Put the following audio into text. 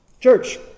Church